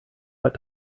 what